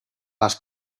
las